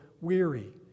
weary